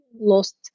lost